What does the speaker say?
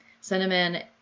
Cinnamon